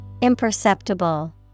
Imperceptible